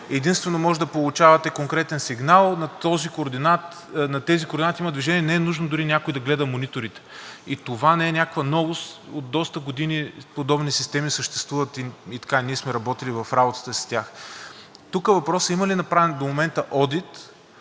единствено можете да получавате конкретен сигнал, че на тези координати има движение, не е нужно дори някой да гледа мониторите. И това не е някаква новост. От доста години подобни системи съществуват и ние сме работили в работата си с тях. Тук въпросът е има ли направен до момента одит,